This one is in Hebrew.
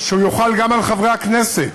שהוא יוחל גם על חברי הכנסת.